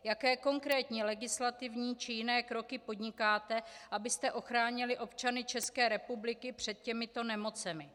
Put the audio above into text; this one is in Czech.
Jaké konkrétní legislativní či jiné kroky podnikáte, abyste ochránili občany České republiky před těmito nemocemi?